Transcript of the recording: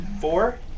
Four